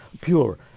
pure